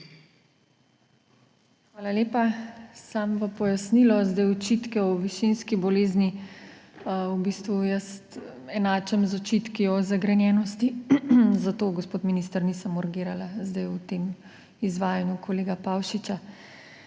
Hvala lepa. Samo v pojasnilo. Očitke o višinski bolezni enačim z očitki o zagrenjenosti, zato, gospod minister, zdaj nisem urgirala v tem izvajanju kolega Pavšiča.